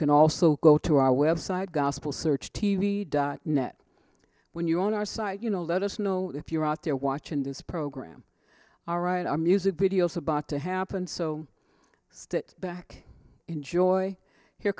can also go to our web site gospel search t v dot net when you're on our site you know let us know if you're out there watching this program all right our music videos about to happen so stick it back enjoy here